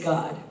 God